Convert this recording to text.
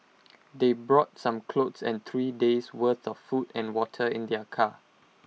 they brought some clothes and three days' worth of food and water in their car